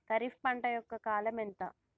ఖరీఫ్ పంట యొక్క కాలం ఎంత?